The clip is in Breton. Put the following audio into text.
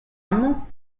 amañ